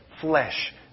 flesh